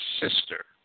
sister